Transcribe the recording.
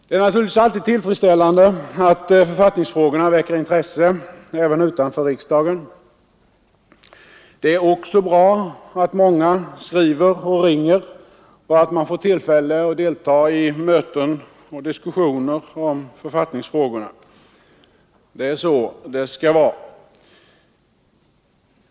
Det är naturligtvis alltid tillfredsställande att författningsfrågorna väcker intresse även utanför riksdagen. Det är också bra att många skriver och ringer och att man får tillfälle att delta i möten och diskussioner om författningsfrågorna. Det är så det skall vara.